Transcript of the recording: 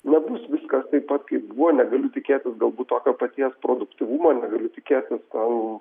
nebus viskas taip pat kaip buvo negaliu tikėtis galbūt tokio paties produktyvumo negaliu tikėtis gal